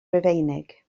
rufeinig